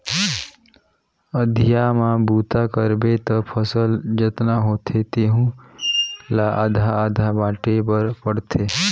अधिया म बूता करबे त फसल जतना होथे तेहू ला आधा आधा बांटे बर पड़थे